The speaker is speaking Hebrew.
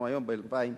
אנחנו היום ב-2012,